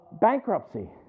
bankruptcy